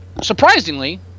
surprisingly